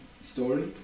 story